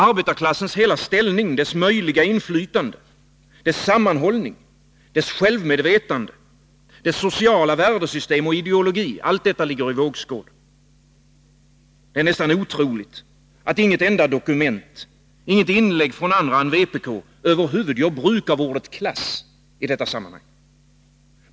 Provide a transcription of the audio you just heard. Arbetarklassens hela ställning, dess möjliga inflytande, sammanhållning, självmedvetande, sociala värdesystem och ideologi —allt detta ligger i vågskålen. Det är nästan otroligt, att inget enda dokument, inget inlägg från andra än vpk-are över huvud gör bruk av ordet klass i detta sammanhang.